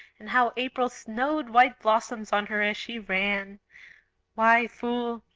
and how april snowed white blossoms on her as she ran why, fool,